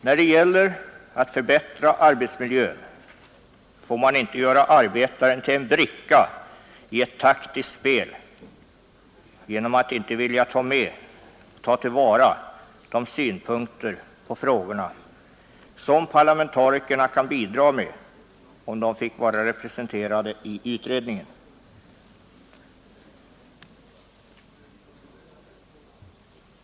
När det gäller att förbättra arbetsmiljön får man inte göra arbetaren till en bricka i ett taktiskt spel genom att inte vilja ta till vara de synpunkter på frågorna som parlamentarikerna kunde bidra med om de fick vara representerade i utredningen.